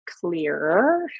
clearer